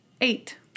eight